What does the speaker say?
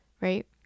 right